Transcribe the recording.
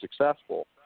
successful